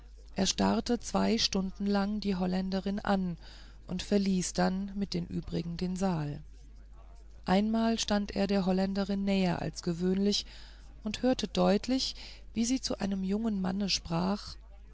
er starrte zwei stunden lang die holländerin an und verließ dann mit den übrigen den saal einmal stand er der holländerin näher als gewöhnlich und hörte deutlich wie sie zu einem jungen manne sprach